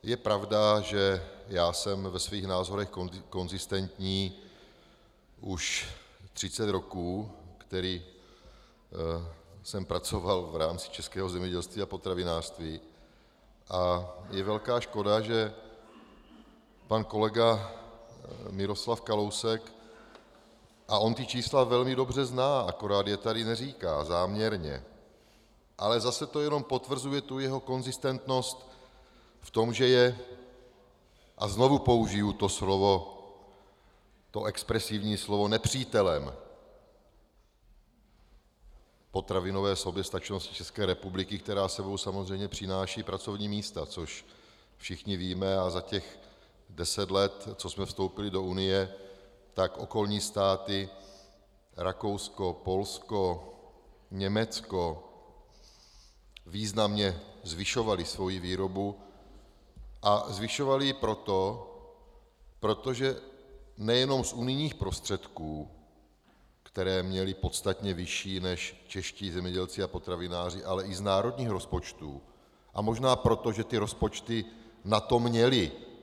Je pravda, že já jsem ve svých názorech konzistentní už třicet roků, které jsem pracoval v rámci českého zemědělství a potravinářství, a je velká škoda, že pan kolega Miroslav Kalousek, a on ta čísla velmi dobře zná, akorát je tady neříká záměrně, ale zase to jenom potvrzuje jeho konzistentnost v tom, je, a znovu použiji to expresivní slovo, nepřítelem potravinové soběstačnosti České republiky, která s sebou samozřejmě přináší pracovní místa, což všichni víme, a za těch deset let, co jsme vstoupili do Unie, tak okolní státy, Rakousko, Polsko, Německo významně zvyšovaly svoji výrobu a zvyšovaly ji nejenom z unijních prostředků, které měly podstatně vyšší než čeští zemědělci a potravináři, ale i z národních rozpočtů, a možná proto, že tyto rozpočty na to měly.